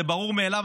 זה ברור מאליו,